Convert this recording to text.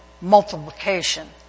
multiplication